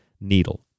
needle